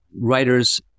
writers